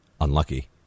unlucky